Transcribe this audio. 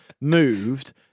moved